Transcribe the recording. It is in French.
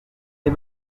les